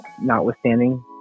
notwithstanding